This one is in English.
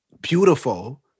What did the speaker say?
beautiful